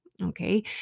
Okay